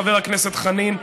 חבר הכנסת חנין,